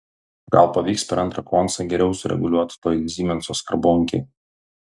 gal pavyks per antrą koncą geriau sureguliuot toj zymenso skarbonkėj